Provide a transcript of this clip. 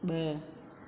ब॒